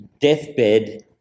deathbed